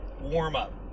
warm-up